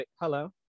Hello